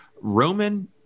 Roman